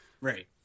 Right